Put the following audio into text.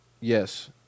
Yes